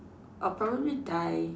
I'll probably die